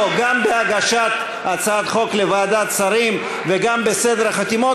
גם בהגשת הצעת החוק לוועדת שרים וגם בסדר החתימות.